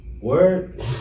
Word